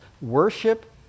Worship